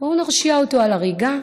בואו נרשיע אותו על הריגה,